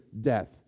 death